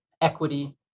equity